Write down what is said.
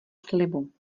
slibu